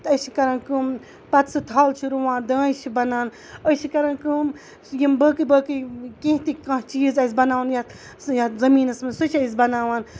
تہٕ أسۍ چھِ کَران کٲم پَتہٕ سُہ تھَل چھِ رُوان دانہِ چھِ بَنان أسۍ چھِ کَران کٲم یِم باقٕے باقٕے کینٛہہ تہِ کانٛہہ چیٖز آسہِ بَناوُن یَتھ یَتھ زٔمیٖنَس منٛز سُہ چھِ أسۍ بَناوان